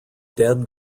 dead